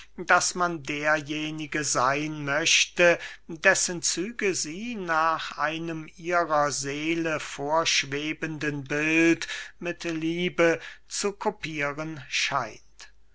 daß man derjenige seyn möchte dessen züge sie nach einem ihrer seele vorschwebenden bilde mit liebe zu kopieren scheint